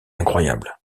incroyable